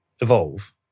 evolve